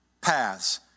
paths